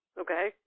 Okay